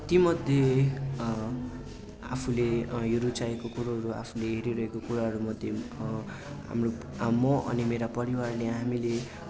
तीमध्ये आफुले यो रूचाएको कुरोहरू आफुले हेरिरहेको कुराहरू मध्ये हाम्रो म अनि मेरा परिवारले हामीले